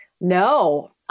No